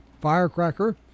firecracker